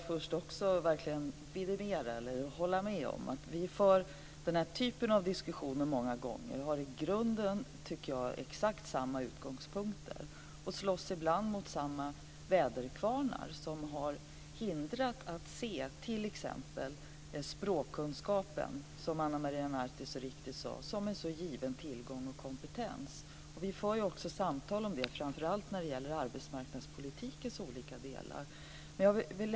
Fru talman! Jag kan bara instämma i att vi har fört den här typen av diskussioner många gånger, och vi har i grunden exakt samma utgångspunkter. Ibland slåss vi också mot samma väderkvarnar som vägrar att se språkkunskaper som en given tillgång och kompetens. Vi för också samtal om detta framför allt när det gäller arbetsmarknadspolitikens olika delar.